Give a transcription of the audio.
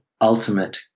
ultimate